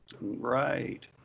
Right